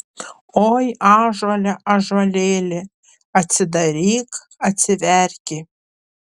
oi ąžuole ąžuolėli atsidaryk atsiverki